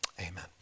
Amen